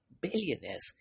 billionaires